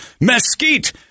mesquite